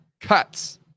cuts